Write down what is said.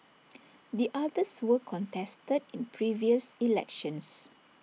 the others were contested in previous elections